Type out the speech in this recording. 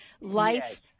life